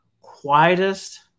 quietest